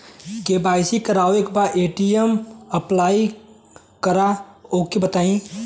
KYC करावे के बा ए.टी.एम अप्लाई करा ओके बताई?